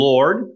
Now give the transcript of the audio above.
Lord